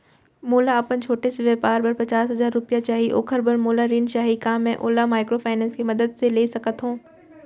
मोला अपन छोटे से व्यापार बर पचास हजार रुपिया चाही ओखर बर मोला ऋण चाही का मैं ओला माइक्रोफाइनेंस के मदद से ले सकत हो?